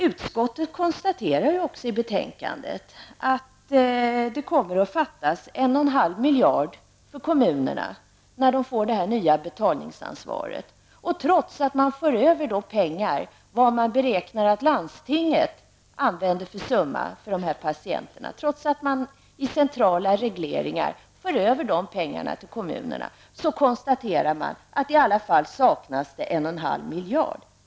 Utskottet konstaterar också i betänkandet att det kommer att fattas 1,5 miljarder kronor för kommunerna när de får det nya betalningsansvaret. Trots att man via centrala regleringar för över så mycket pengar som landstingen beräknas använda för dessa patienter till kommunerna, saknas det i alla fall 1,5 miljarder kronor.